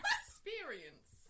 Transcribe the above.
experience